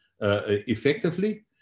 effectively